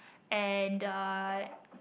and I